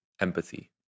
empathy